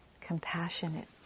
compassionate